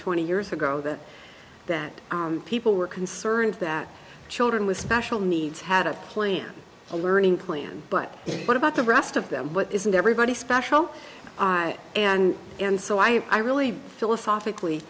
twenty years ago that that people were concerned that children with special needs had a plan a learning plan but what about the rest of them what isn't everybody special and and so i i really philosophically